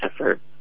effort